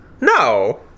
no